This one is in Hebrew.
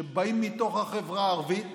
שבאים מתוך החברה הערבית.